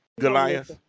Goliath